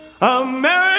America